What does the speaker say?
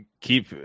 keep